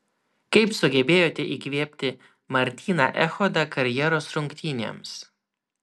kaip sugebėjote įkvėpti martyną echodą karjeros rungtynėms